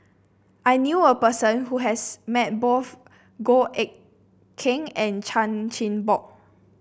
I knew a person who has met both Goh Eck Kheng and Chan Chin Bock